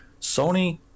Sony